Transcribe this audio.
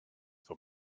for